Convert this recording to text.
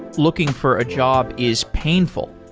looking for a job is painful,